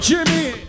Jimmy